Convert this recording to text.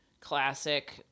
classic